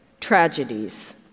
tragedies